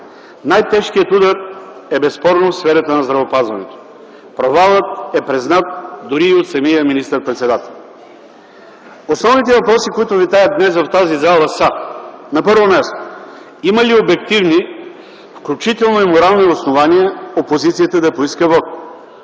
Най-тежкият удар безспорно е в сферата на здравеопазването. Провалът е признат дори от самия министър председател. Основните въпроси, които витаят днес в тази зала, са: На първо място, има ли обективни, включително и морални основания опозицията да поиска вот?